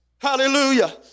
Hallelujah